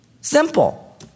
Simple